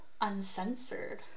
Uncensored